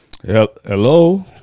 hello